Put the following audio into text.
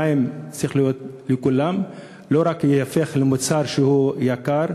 המים צריכים להיות לכולם, שלא ייהפכו למוצר יקר.